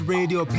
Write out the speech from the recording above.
Radio